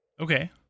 Okay